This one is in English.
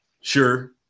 sure